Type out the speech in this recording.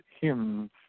hymns